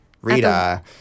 Rita